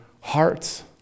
hearts